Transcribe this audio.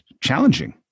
challenging